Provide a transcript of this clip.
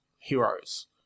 heroes